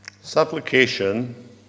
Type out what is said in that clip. Supplication